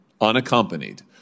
unaccompanied